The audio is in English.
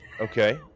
Okay